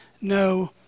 no